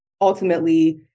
ultimately